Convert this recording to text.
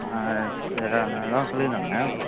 ஆ சரி அதுதான் சொல்லியிருந்தாங்க